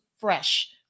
fresh